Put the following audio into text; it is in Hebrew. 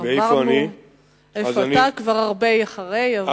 אתה כבר הרבה אחרי.